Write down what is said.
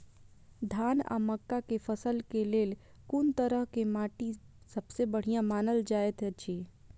धान आ मक्का के फसल के लेल कुन तरह के माटी सबसे बढ़िया मानल जाऐत अछि?